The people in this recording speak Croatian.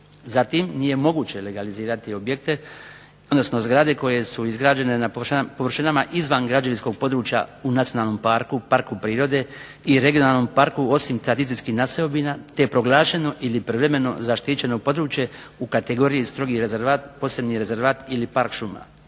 Zatim, nije moguće legalizirati objekte odnosno zgrade koje su izgrađene na površinama izvan građevinskog područja u nacionalnom parku, parku prirode i regionalnom parku osim tradicijskih naseobina te proglašeno ili privremeno zaštićeno područje u kategoriji strogih rezervat, posebni rezervat ili park šuma.